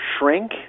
shrink